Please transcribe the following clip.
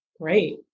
Great